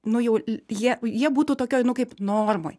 nu jau jie jie būtų tokioj nu kaip normoj